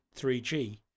3G